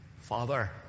Father